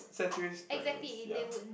ceteris paribus ya